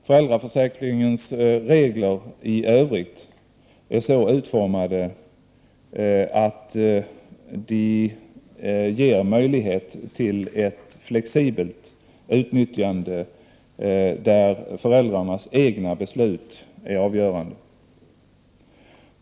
Föräldraförsäkringens regler i övrigt är så utformade att de ger möjlighet till ett flexibelt utnyttjande där föräldrarnas egna beslut är avgörande.